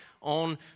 on